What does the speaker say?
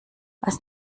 als